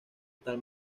tal